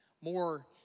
more